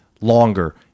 longer